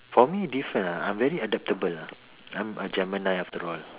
for me different lah I am very adaptable lah I am a Gemini after all